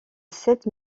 sept